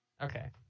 okay